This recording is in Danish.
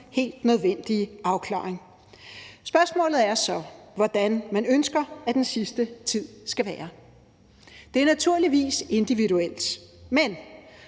helt nødvendige afklaring. Spørgsmålet er så, hvordan man ønsker, at den sidste tid skal være. Det er naturligvis individuelt, men